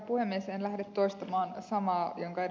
en lähde toistamaan samaa jonka ed